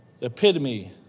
epitome